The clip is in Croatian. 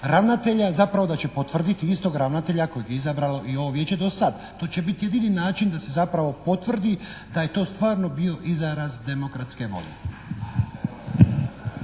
ravnatelja zapravo da će potvrditi istog ravnatelja kojeg je izabralo i ovo Vijeće do sad. To će biti jedini način da se zapravo potvrdi da je to stvarno bio izraz demokratske volje.